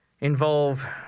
involve